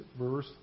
verse